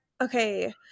Okay